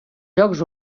jocs